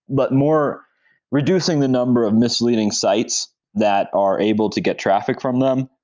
but more reducing the number of misleading sites that are able to get traffic from them,